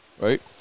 right